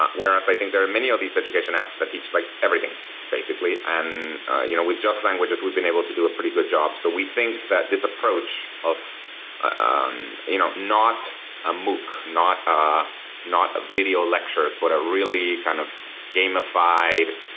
whereas i think there are many of these education apps that teach like everything basically. and you know with just languages we've been able to do a pretty good job, so we think that this approach of um you know not amok, not ah not video lectures but a really kind of gamified,